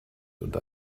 unter